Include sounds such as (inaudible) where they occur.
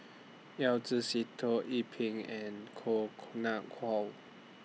Yao Zi Sitoh Yih Pin and Koh (noise) Nguang How